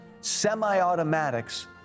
semi-automatics